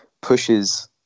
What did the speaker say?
pushes